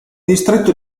distretto